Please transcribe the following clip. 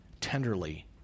tenderly